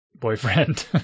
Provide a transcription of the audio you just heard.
boyfriend